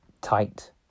Tight